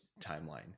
timeline